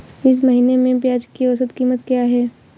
इस महीने में प्याज की औसत कीमत क्या है?